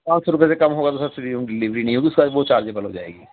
پانچ سو روپے سے کم ہوگا تو سر فری ہوم ڈلیوری نہیں ہوگی اس کے بعد وہ چارجیبل ہو جائے گی